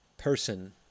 person